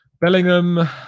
Bellingham